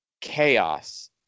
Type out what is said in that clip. chaos